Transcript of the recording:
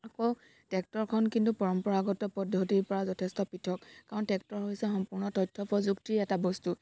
আকৌ ট্ৰেক্টৰখন কিন্তু পৰম্পৰাগত পদ্ধতিত পৰা যথেষ্ট পৃথক কাৰণ ট্ৰেক্টৰ হৈছে সম্পূৰ্ণ তথ্য় প্ৰযুক্তিৰ এটা বস্তু